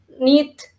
need